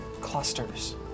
clusters